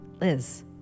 Liz